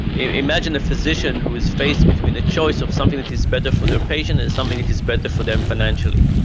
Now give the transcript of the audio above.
imagine a physician who is faced between a choice of something that is better for their patient and something that is better for them financially.